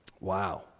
Wow